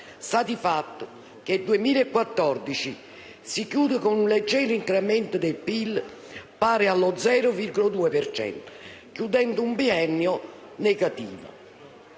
sta il fatto che il 2014 si chiude con un leggero incremento del PIL, pari allo 0,2 per cento, chiudendo un biennio negativo.